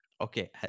okay